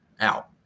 out